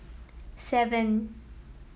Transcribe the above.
seven